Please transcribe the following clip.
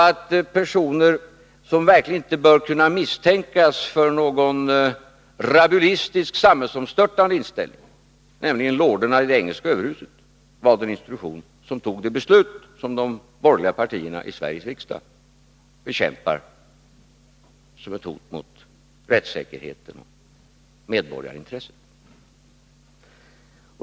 Och personer som verkligen inte bör kunna misstänkas för rabulistisk, samhällsomstörtande inställning, nämligen lorderna i det engelska överhuset, var de som tog ett beslut av den art som de borgerliga partierna i Sveriges riksdag bekämpar som ett hot mot rättssäkerheten och medborgarintresset.